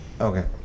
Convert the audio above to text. Okay